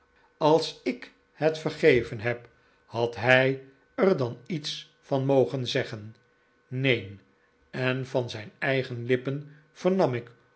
als ik het vergeven heb had hij er dan iets van mogen zeggen neen en van zijn eigen lippen vernam ik